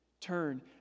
turn